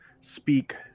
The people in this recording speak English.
speak